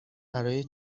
برای